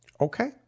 okay